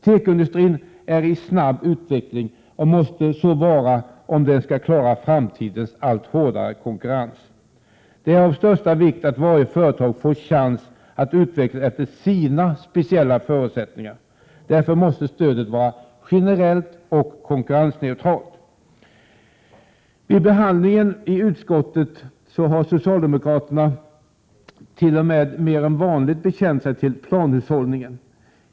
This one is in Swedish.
Tekoindustrin är i snabb utveckling och måste så vara om den skall klara framtidens allt hårdare konkurrens. Det är av största vikt att varje företag får chans att utvecklas efter sina speciella förutsättningar. Därför måste stödet vara generellt och konkurrensneutralt. Vid behandlingen i utskottet har socialdemokraterna t.o.m. mer än vanligt bekänt sig till planhushållningen.